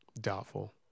Doubtful